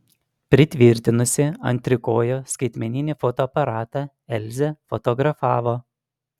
pritvirtinusi ant trikojo skaitmeninį fotoaparatą elzė fotografavo